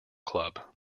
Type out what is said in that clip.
club